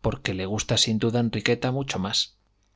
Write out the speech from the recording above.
porque le gusta sin duda enriqueta mucho más